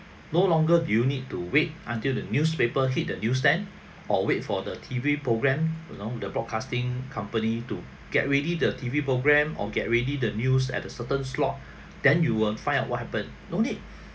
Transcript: no longer do you need to wait until the newspaper hit the newsstand or wait for the T_V programme you know the broadcasting company to get ready the T_V programme or get ready the news at a certain slot then you will find out what happened no need